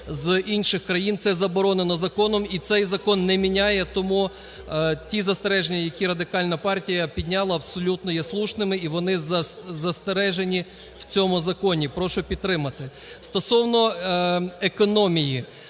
з інших країн. Це заборонено законом, і цей закон не міняє. Тому ті застереження, які Радикальна партія підняла, абсолютно є слушними, і вони застережені в цьому законі. Прошу підтримати.